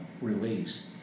release